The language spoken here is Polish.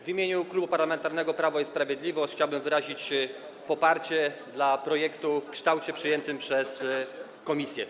W imieniu Klubu Parlamentarnego Prawo i Sprawiedliwość chciałbym wyrazić poparcie projektu w kształcie przyjętym przez komisję.